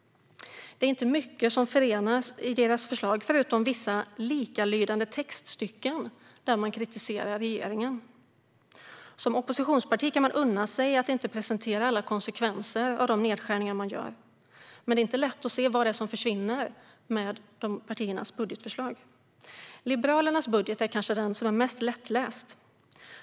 Det är inte mycket som förenar deras förslag förutom vissa likalydande textstycken, där man kritiserar regeringen. Oppositionspartier kan unna sig att inte presentera alla konsekvenser av de nedskärningar de gör, men det är inte lätt att se vad det är som försvinner i deras budgetförslag. Liberalernas budget är kanske den som är mest lättläst.